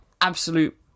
Absolute